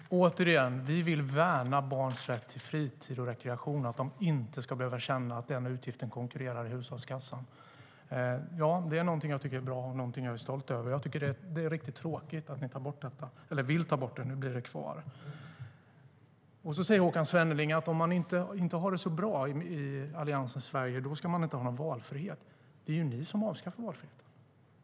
Herr talman! Återigen: Vi vill värna barns rätt till fritid och rekreation så att de inte ska behöva känna att den utgiften konkurrerar med hushållskassan. Det är bra, och det är jag stolt över. Det är tråkigt att ni vill ta bort detta, men nu blir det kvar. Sedan säger Håkan Svenneling att om man inte har det så bra i Alliansens Sverige ska man inte ha någon valfrihet. Det är ni som avskaffar valfriheten.